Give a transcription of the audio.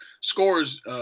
scores